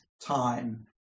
time